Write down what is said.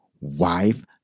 wife